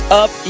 up